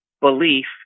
belief